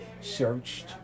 searched